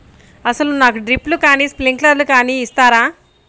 అసలు నాకు డ్రిప్లు కానీ స్ప్రింక్లర్ కానీ ఇస్తారా?